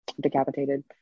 decapitated